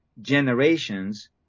generations